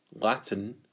Latin